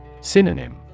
Synonym